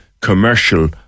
commercial